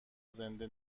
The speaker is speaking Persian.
زنده